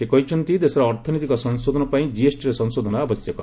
ସେ କହିଛନ୍ତି ଦେଶର ଅର୍ଥନୈତିକ ସଂଶୋଧନ ପାଇଁ ଜିଏସ୍ଟି ରେ ସଂଶୋଧନ ଆବଶ୍ୟକ